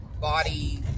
body